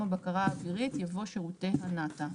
"הבקרה האווירית" יבוא "שירותי הנת"א".